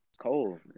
cold